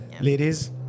Ladies